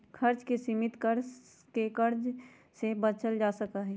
खर्च के सीमित कर के कर्ज से बचल जा सका हई